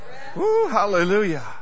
hallelujah